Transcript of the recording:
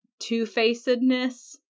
two-facedness